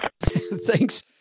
Thanks